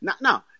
No